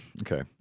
Okay